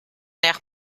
air